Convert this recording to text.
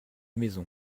maison